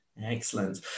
Excellent